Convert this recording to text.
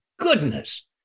goodness